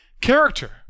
character